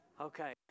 Okay